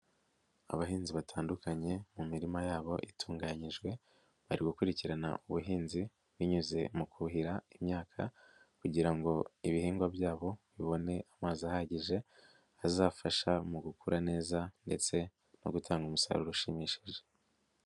Abahinzi batandukanye mu mirima yabo itunganyijwe bari gukurikirana ubuhinzi binyuze mu kuhira imyaka kugira ngo ibihingwa byabo bibone amazi ahagije azafasha mu gukura neza ndetse no gutanga umusaruro ushimishije.